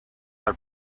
are